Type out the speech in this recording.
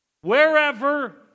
wherever